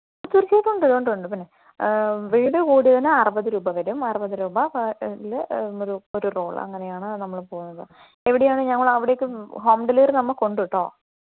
തീര്ച്ചയായിട്ടും ഉണ്ട് ഉണ്ട് ഉണ്ട് പിന്നെ വീതി കൂടിയതിന് അറുപത് രൂപ വരും അറുപത് രൂപ ഇതിൽ ഒരു ഒരു റോള് അങ്ങനെയാണ് നമ്മൾ പോവുന്നത് എവിടെയാണ് ഞങ്ങൾ അവിടേക്ക് ഹോം ഡെലിവറി നമുക്കുണ്ട് കേട്ടോ